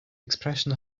expression